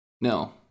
no